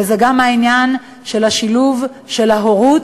וזה העניין של השילוב של ההורות: